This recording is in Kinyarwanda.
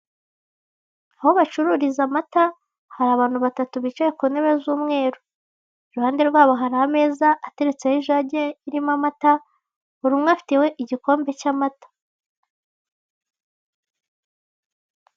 Aho bacururiza amata hari abantu batatu bicaye ku ntebe z'umweru, iruhande rwabo hari ameza ateretseho ijage irimo amata, buri umwe afiteho igikombe cy'amata.